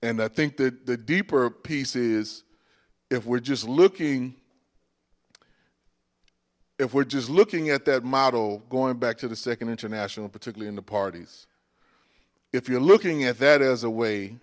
and i think that the deeper piece is if we're just looking if we're just looking at that model going back to the second international particularly in the parties if you're looking at that as a way